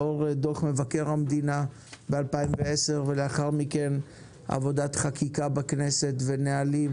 לאור דוח מבקר המדינה מ-2010 ולאחר מכן עבודת חקיקה בכנסת ונהלים,